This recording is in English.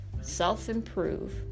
self-improve